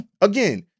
again